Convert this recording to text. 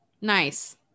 Nice